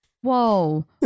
Whoa